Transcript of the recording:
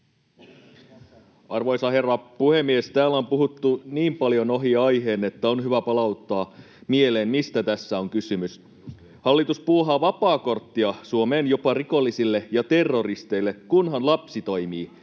Arvoisa herra puhemies! Täällä on puhuttu niin paljon ohi aiheen, että on hyvä palauttaa mieleen, mistä tässä on kysymys. Hallitus puuhaa vapaakorttia Suomeen jopa rikollisille ja terroristeille, kunhan lapsi toimii